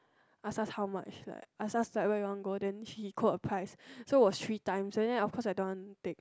ask us how much like ask us like where we want to go then he quote a price so was three times then of course I don't want to take